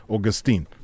Augustine